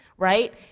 right